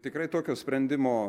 tikrai tokio sprendimo